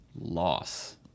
loss